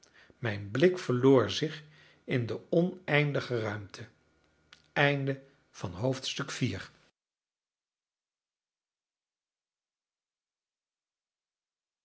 mijn blik verloor zich in de oneindige ruimte v